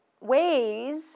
ways